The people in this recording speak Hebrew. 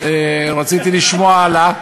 רציתי לשמוע על,